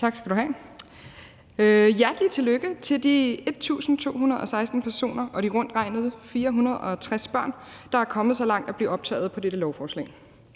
Tak skal du have. Hjertelig tillykke til de 1.216 personer og de rundt regnet 460 børn, der er kommet så langt som at blive optaget på dette lovforslag.